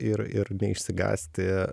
ir ir neišsigąsti